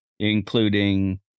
including